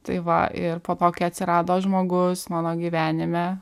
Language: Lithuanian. tai va ir po to kai atsirado žmogus mano gyvenime